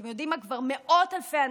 אתם יודעים מה, כבר מאות אלפי אנשים,